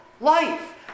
life